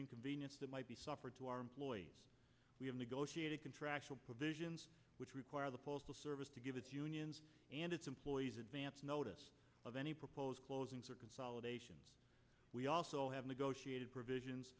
inconvenience that might be suffered to our employees we have negotiated contractual provisions which require the postal service to give its unions and its employees advance notice of any proposed closings or consolidation we also have negotiated provisions